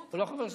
הוא לא חבר שלך?